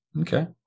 okay